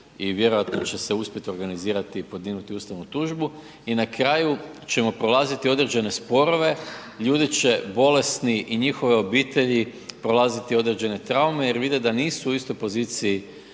i vjerojatno će se uspjeti organizirati i podignuti ustavnu tužbu i na kraju ćemo prolaziti određene sporove, ljudi će bolesni i njihove obitelji prolaziti određene traume jer vide da nisu u istoj poziciji